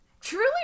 truly